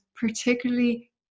particularly